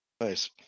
Nice